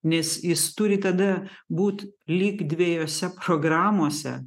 nes jis turi tada būt lyg dviejose programose